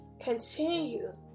continue